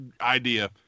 idea